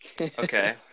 Okay